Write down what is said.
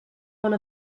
one